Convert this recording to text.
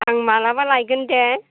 आं मालाबा लायगोन दे